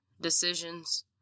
decisions